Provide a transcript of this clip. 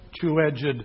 two-edged